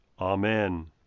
Amen